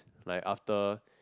like after